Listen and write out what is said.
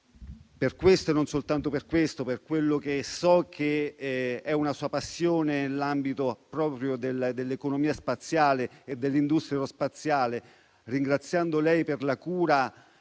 Per questo e non soltanto per questo, per quello che so essere una sua passione nell'ambito dell'economia spaziale e dell'industria aerospaziale, ringraziandola per la cura